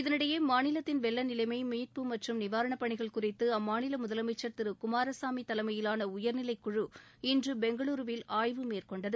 இதனிடையே மாநிலத்தின் வெள்ள நிலைமை மீட்பு மற்றும் நிவாரணப் பணிகள் குறித்து அம்மாநில முதலமைச்சர் திரு குமாரசாமி தலைமையிலான உயர்நிலை குழு இன்று பெங்களூருவில் ஆய்வு மேற்கொண்டது